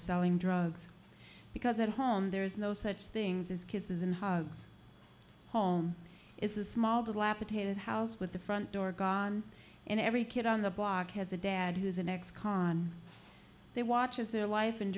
selling drugs because at home there's no such things as kisses and hugs home is a small dilapidated house with the front door gone and every kid on the block has a dad who's an ex con they watch as their life and